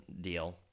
deal